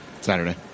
Saturday